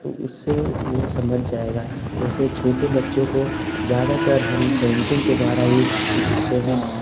तो उससे वो समझ जाएगा जैसे छोटे बच्चों को ज्यादातर हम पेंटिंग के द्वारा हीं सिखाते हैं